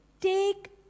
take